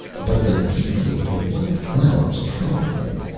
but the beauty of the white flowers troubled him,